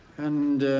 and